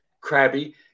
crabby